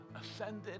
ascended